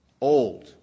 old